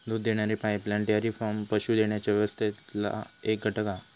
दूध देणारी pipeline dairy farm पशू देण्याच्या व्यवस्थेतला एक घटक हा